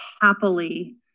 happily